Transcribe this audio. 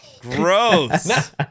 gross